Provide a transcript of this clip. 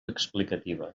explicativa